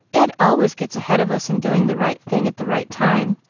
ed always gets ahead of us in doing the right thing at the right time.